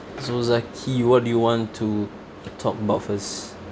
so zakhi what do you want to talk about first